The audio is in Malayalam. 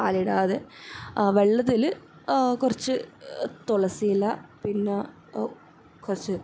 പാലിടാതെ ആ വെള്ളത്തിൽ കുറച്ച് തുളസിയില പിന്നെ കുറച്ച്